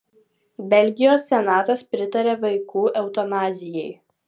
belgijos senatas pritarė vaikų eutanazijai